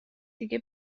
دیگه